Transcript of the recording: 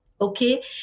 Okay